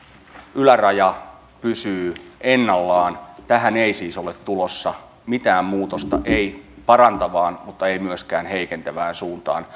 yläraja pysyy ennallaan tähän ei siis ole tulossa mitään muutosta ei parantavaan mutta ei myöskään heikentävään suuntaan